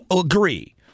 agree